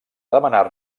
demanar